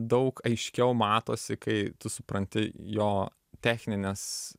daug aiškiau matosi kai tu supranti jo technines